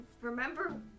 remember